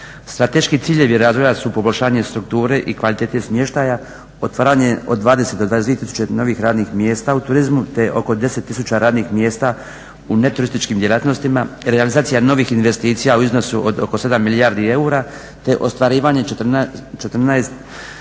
Strateški ciljevi razvoja su poboljšanje strukture i kvalitete smještaja, otvaranje od 20 do 22000 novih radnih mjesta u turizmu te oko 10000 radnih mjesta u ne turističkim djelatnostima, realizacija novih investicija u iznosu od oko 7 milijardi eura, te ostvarivanje 14,3 milijardi